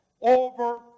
Over